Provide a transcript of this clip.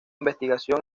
investigación